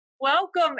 Welcome